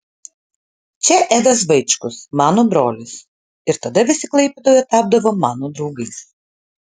čia edas vaičkus mano brolis ir tada visi klaipėdoje tapdavo mano draugais